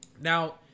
Now